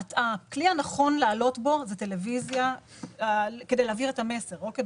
הכלי הנכון להעלות בו את הקמפיין כדי להעביר את המסר זה